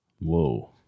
Whoa